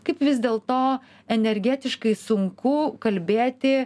kaip vis dėl to energetiškai sunku kalbėti